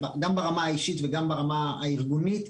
גם ברמה האישית וגם ברמה הארגונית,